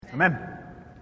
Amen